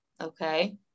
Okay